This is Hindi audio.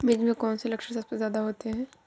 मिर्च में कौन से लक्षण सबसे ज्यादा होते हैं?